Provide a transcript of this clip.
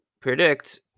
predict